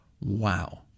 wow